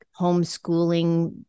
homeschooling